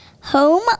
Home